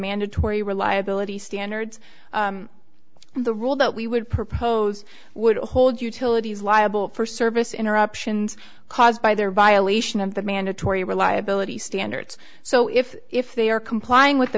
mandatory reliability standards the rule that we would propose would hold utilities liable for service interruptions caused by their violation of the mandatory reliability standards so if if they are complying with the